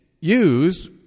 use